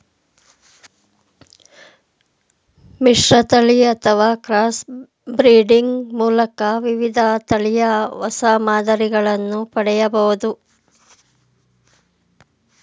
ಮಿಶ್ರತಳಿ ಅಥವಾ cross breeding ಮೂಲಕ ವಿವಿಧ ತಳಿಯ ಹೊಸ ಮಾದರಿಗಳನ್ನು ಪಡೆಯಬೋದು